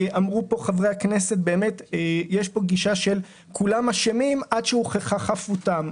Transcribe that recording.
חברי הכנסת אמרו שיש פה גישה של "כולם אשמים עד שהוכחה חפותם".